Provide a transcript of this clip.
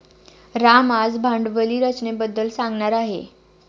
राम आज भांडवली रचनेबद्दल सांगणार आहे